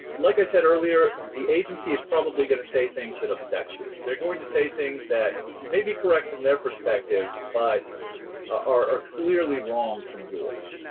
like i said earlier, the agency is probably going to say things that upset you. they're going to say things that may be correct from their perspective but are clearly wrong from yours.